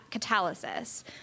catalysis